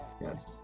Yes